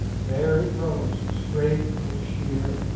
there it rose straight and sheer